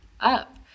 up